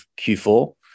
Q4